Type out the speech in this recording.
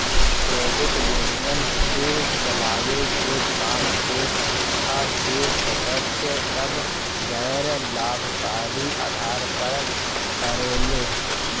credit union के चलावे के काम ए संस्था के सदस्य सभ गैर लाभकारी आधार पर करेले